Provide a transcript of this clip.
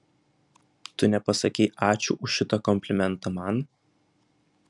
tu nepasakei ačiū už šitą komplimentą man